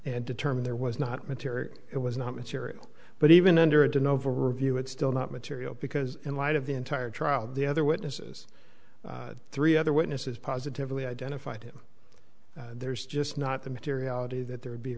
and determine there was not material it was not material but even under it and over a review it's still not material because in light of the entire trial the other witnesses three other witnesses positively identified him there's just not the materiality that there would be